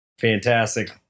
fantastic